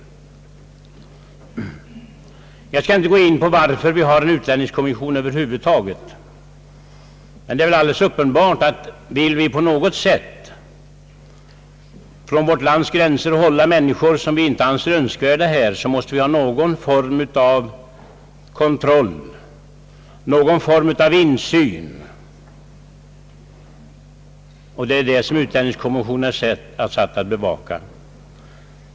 Jag skall inte gå in på varför vi över huvud taget har en utlänningskommission, men det är väl alldeles uppenbart att om vi på något sätt från vårt land vill hålla människor som inte är önskvärda här måste vi ha någon form av kontroll och insyn. Detta är utlänningskommissionens uppgift.